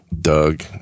Doug